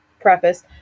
preface